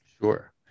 Sure